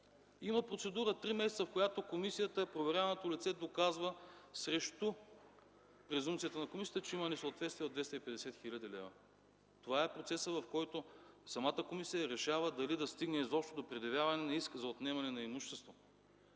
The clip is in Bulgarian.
Има тримесечна процедура, в която проверяваното лице доказва срещу презумпцията на комисията, че има несъответствие от 250 хил. лв. Това е процесът, в който самата комисия решава дали да стигне изобщо до предявяване на иск за отнемане на имущество.